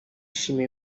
shima